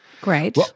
Great